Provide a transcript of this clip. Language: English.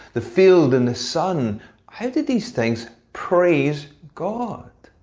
the field and the sun how did these things praise god?